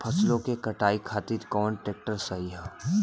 फसलों के कटाई खातिर कौन ट्रैक्टर सही ह?